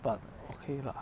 but okay lah